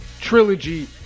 trilogy